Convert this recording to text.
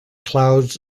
clouds